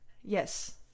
Yes